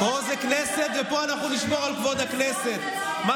פה זה כנסת, ופה אנחנו נשמור על כבוד הכנסת.